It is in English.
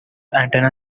antenna